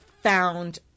found